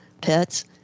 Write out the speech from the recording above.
pets